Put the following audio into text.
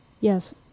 yes